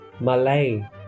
Malay